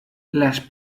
las